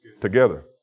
Together